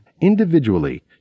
individually